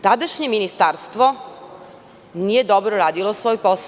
Tadašnje ministarstvo nije dobro radilo svoj posao.